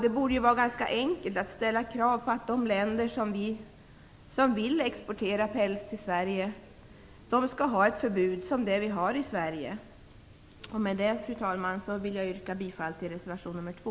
Det vore ju ganska enkelt att ställa krav på att de länder som vill exportera päls till Sverige skall omfattas av det förbud som vi har i Fru talman! Med det vill jag yrka bifall till reservation nr 2.